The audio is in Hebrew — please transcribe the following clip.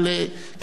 כי בדרך כלל